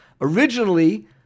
Originally